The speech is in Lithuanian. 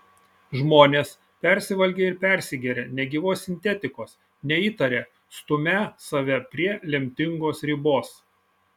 žmonės persivalgę ir persigėrę negyvos sintetikos neįtaria stumią save prie lemtingos ribos